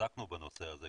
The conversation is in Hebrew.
עסקנו בנושא הזה,